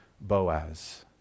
Boaz